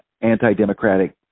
anti-democratic